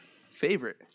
Favorite